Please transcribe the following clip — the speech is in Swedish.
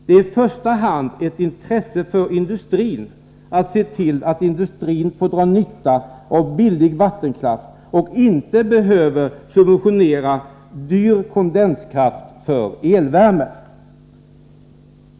Det är i första hand ett intresse för industrin att se till att industrin får dra nytta av billig vattenkraft och inte behöver subventionera dyr kondenskraft för elvärme.